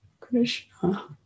Krishna